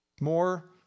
More